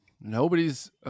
Nobody's